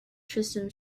tristram